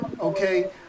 okay